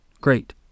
Great